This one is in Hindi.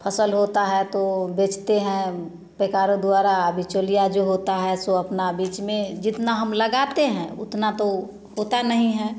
फसल होता है तो बेचते हैं बेकारों द्वारा बिचौलिया जो होता है सो अपना बीच में जितना हम लगाते हैं उतना तो होता नहीं है